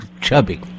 chubby